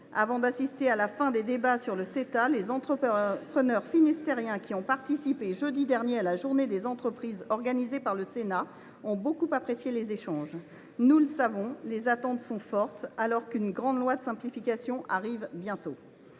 Avant d’assister à la fin des débats sur le Ceta, les entrepreneurs finistériens qui ont participé jeudi dernier à la journée des entreprises organisée par le Sénat ont beaucoup apprécié les échanges. Nous le savons, les attentes sont fortes, alors qu’une grande loi de simplification arrive bientôt.